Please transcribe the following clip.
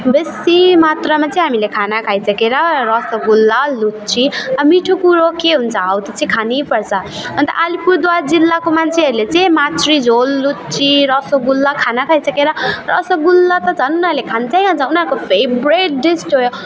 बेसी मात्रमा चाहिँ हामीले खाना खाइसकेर रसोगुल्ला लुच्ची अब मिठो कुरो के हुन्छ हो त्यो चाहिँ खानु पर्छ अन्त अलिपुरद्वार जिल्लाको मान्छेहरूले चाहिँ माछ्री झोल लुच्ची रसोगुल्ला खाना खाइसकेर रसोगुल्ला त झन् उनीहरूले खान्छै खान्छ उनीहरूको फेभ्रेट डिस हो यो